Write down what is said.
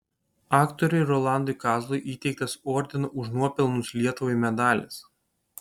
aktoriui rolandui kazlui įteiktas ordino už nuopelnus lietuvai medalis